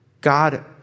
God